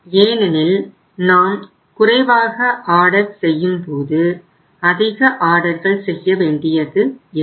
ஏனெனில் நாம் குறைவாக ஆர்டர் செய்யும்போது அதிக ஆர்டர்கள் செய்ய வேண்டியது இருக்கும்